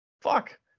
fuck